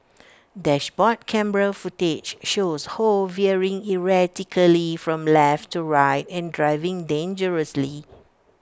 dashboard camera footage shows ho veering erratically from left to right and driving dangerously